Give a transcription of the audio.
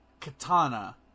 Katana